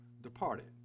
departed